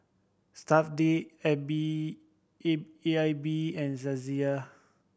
Stuff'd A B A A I B and Saizeriya